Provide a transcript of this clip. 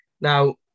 now